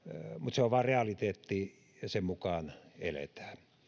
se on realiteetti ja sen mukaan eletään